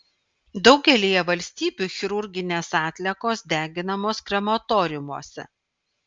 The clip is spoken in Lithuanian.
daugelyje valstybių chirurginės atliekos deginamos krematoriumuose